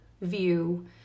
view